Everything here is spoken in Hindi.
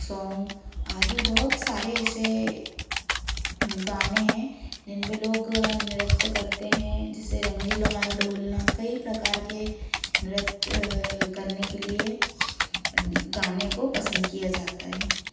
सॉन्ग आदि बहुत सारे ऐसे गाने हैं जिन पर लोग नृत्य करते हैं जेसे रंगीलो मारो ढोलना कई प्रकार के नृत्य करने के लिए गाने को पसंद किया जाता है